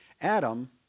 Adam